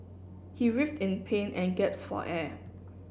he writhed in pain and gasped for air